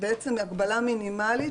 מדובר בהגבלה מינימלית,